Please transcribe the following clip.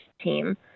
team